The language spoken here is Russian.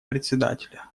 председателя